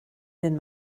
den